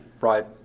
Right